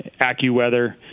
AccuWeather